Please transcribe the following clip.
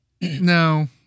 No